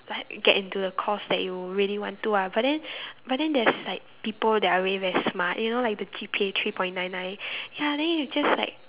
like get into a course that you really want to ah but then but then there's like people that are really very smart you know like the G_P_A three point nine nine ya then you just like